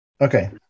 Okay